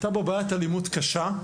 הייתה בו בעיית אלימות קשה,